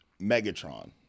Megatron